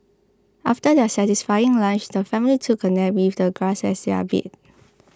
after their satisfying lunch the family took a nap with the grass as their bed